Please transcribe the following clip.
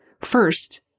First